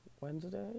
Wednesday